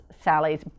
Sally's